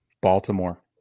baltimore